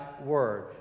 word